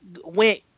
went